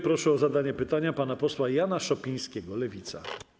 Proszę o zadanie pytania pana posła Jana Szopińskiego, Lewica.